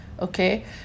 okay